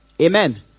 Amen